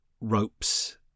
ropes